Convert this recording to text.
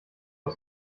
auf